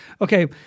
okay